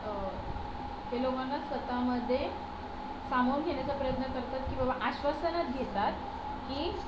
ते लोकांना स्वतःमध्ये सामावून घेण्याचा प्रयत्न करतात की बाबा आश्वासनात घेतात की